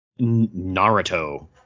Naruto